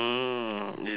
is it